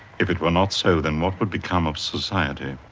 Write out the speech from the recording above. if it were not so, then what would become of society?